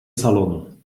salonu